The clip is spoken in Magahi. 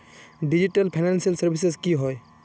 डिजिटल फैनांशियल सर्विसेज की होय?